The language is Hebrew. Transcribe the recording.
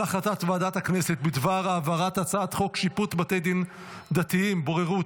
על הצעת ועדת הכנסת בדבר העברת הצעת חוק שיפוט בתי דין דתיים (בוררות),